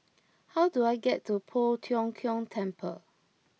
how do I get to Poh Tiong Kiong Temple